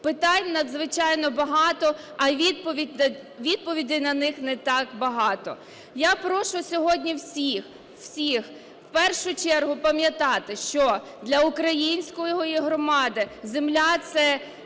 Питань надзвичайно багато, а відповідей на них не так багато. Я прошу сьогодні всіх, всіх в першу чергу пам'ятати, що для української громади земля - це,